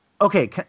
Okay